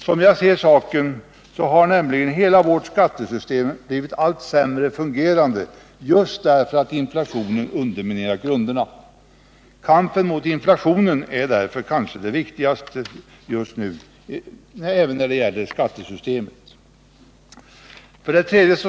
Som jag ser saken, fungerar nämligen hela vårt skattesystem allt sämre just därför att inflationen underminerat grunderna. Kampen mot inflationen är därför kanske det viktigaste just nu även när det gäller skattesystemet. 3.